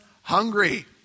hungry